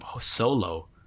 Solo